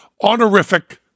honorific